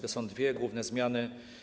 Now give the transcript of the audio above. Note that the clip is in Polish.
To są dwie główne zmiany.